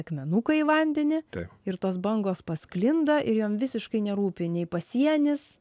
akmenuką į vandenį ir tos bangos pasklinda ir jom visiškai nerūpi nei pasienis